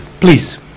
Please